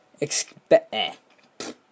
expect